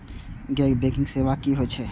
गैर बैंकिंग सेवा की होय छेय?